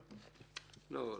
בהפעלה שלה?